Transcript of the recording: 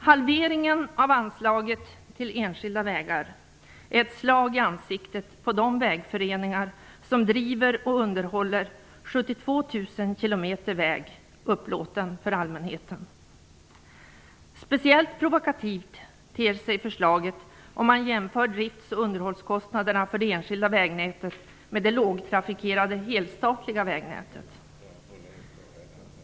Halveringen av anslaget till enskilda vägar är ett slag i ansiktet på dem som i vägföreningarna driver och underhåller 72 000 kilometer väg upplåten för allmänheten. Speciellt provokativt ter sig förslaget om man jämför drifts och underhållskostnaderna för det enskilda vägnätet med det lågtrafikerade helstatliga vägnätet.